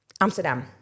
Amsterdam